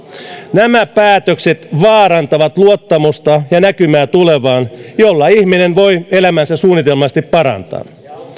nämä päätökset vaarantavat luottamusta ja näkymää tulevaan jolla ihminen voi elämäänsä suunnitelmallisesti parantaa